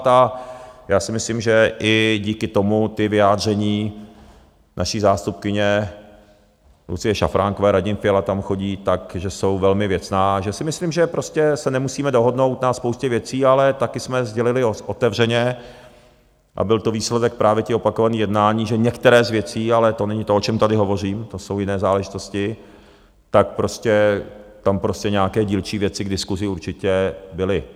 A já si myslím, že i díky tomu ta vyjádření naší zástupkyně Lucie Šafránkové, Radim Fiala tam chodí, tak že jsou velmi věcná a že si myslím, že prostě se nemusíme dohodnout na spoustě věcí, ale také jsme sdělili otevřeně, a byl to výsledek právě těch opakovaných jednání, že některé z věcí, ale to není to, o čem tady hovořím, to jsou jiné záležitosti, tak prostě tam nějaké dílčí věci k diskusi určitě byly.